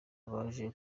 baje